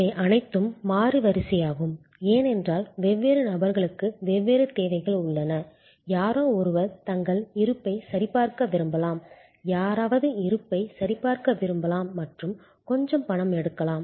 இவை அனைத்தும் மாறி வரிசையாகும் ஏனென்றால் வெவ்வேறு நபர்களுக்கு வெவ்வேறு தேவைகள் உள்ளன யாரோ ஒருவர் தங்கள் இருப்பை சரிபார்க்க விரும்பலாம் யாராவது இருப்பை சரிபார்க்க விரும்பலாம் மற்றும் கொஞ்சம் பணம் எடுக்கலாம்